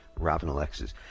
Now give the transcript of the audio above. RobinAlexis